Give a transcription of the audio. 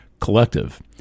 collective